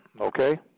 okay